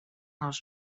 els